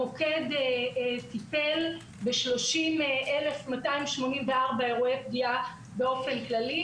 המוקד טיפל ב-30,284 אירועי פגיעה באופן כללי,